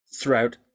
throughout